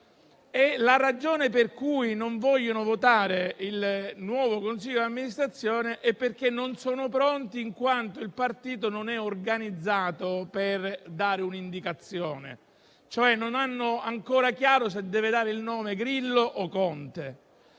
La ragione per cui non vogliono votare il nuovo consiglio di amministrazione è che non sono pronti in quanto il partito non è organizzato per dare un'indicazione: non hanno ancora chiaro se deve dare il nome Grillo o Conte.